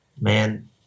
man